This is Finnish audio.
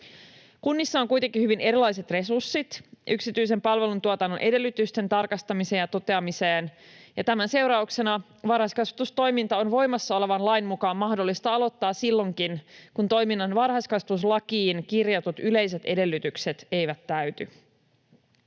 Kunnissa on kuitenkin hyvin erilaiset resurssit yksityisen palveluntuotannon edellytysten tarkastamiseen ja toteamiseen, ja tämän seurauksena varhaiskasvatustoiminta on voimassa olevan lain mukaan mahdollista aloittaa silloinkin, kun toiminnan varhaiskasvatuslakiin kirjatut yleiset edellytykset eivät täyty.